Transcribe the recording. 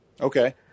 Okay